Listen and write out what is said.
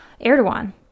Erdogan